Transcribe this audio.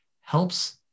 helps